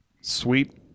Sweet